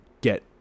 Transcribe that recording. get